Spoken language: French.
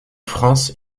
france